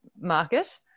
market